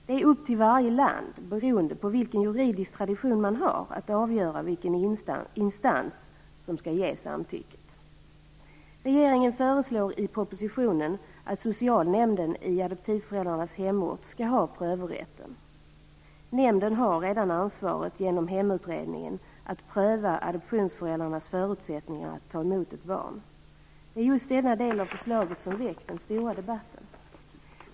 Det är upp till varje land, beroende på vilken juridisk tradition man har, att avgöra vilken instans som skall ge samtycket. Regeringen föreslår i propositionen att socialnämnden i adoptivföräldrarnas hemort skall ha prövorätten. Nämnden har redan ansvaret, genom hemutredningen, att pröva adoptionsföräldrarnas förutsättningar att ta emot ett barn. Det är just denna del av förslaget som har väckt den stora debatten.